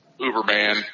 Uberman